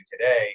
today